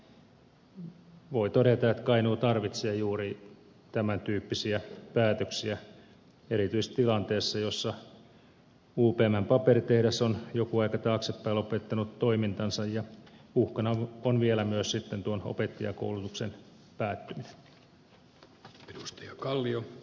voi todeta että kainuu tarvitsee juuri tämäntyyppisiä päätöksiä erityistilanteessa jossa upmn paperitehdas on joku aika taaksepäin lopettanut toimintansa ja uhkana on vielä myös sitten tuon opettajankoulutuksen päättyminen